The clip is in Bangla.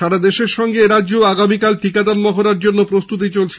সারা দেশের সঙ্গে এরাজ্যেও আগামীকাল টীকাদান মহড়ার জন্য প্রস্তুতি চলছে